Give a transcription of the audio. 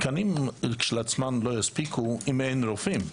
התקנים כשלעצמם לא יספיקו, אם אין רופאים.